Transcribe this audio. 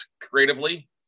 creatively